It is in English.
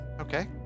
okay